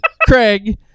Craig